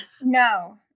no